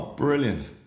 brilliant